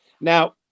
Now